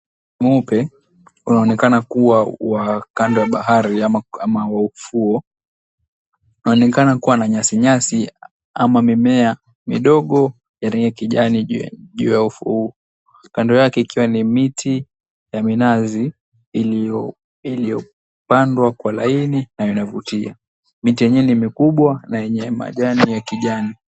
Mweupe unaonekana kuwa wa kando ya bahari ama wa ufuo, unaonekana kuwa na nyasi nyasi au mimea midogo ya kijani juu ya ufuo huu. Kando yake ikiwa ni miti ya minazi iliyopandwa kwa laini na inavutia. Miti yenyewe ni mikubwa na yenye majani ya kijani.